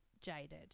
jaded